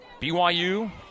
BYU